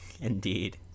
Indeed